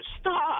Stop